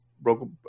broke